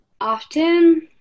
often